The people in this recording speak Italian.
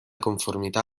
conformità